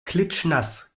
klitschnass